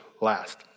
last